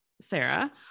Sarah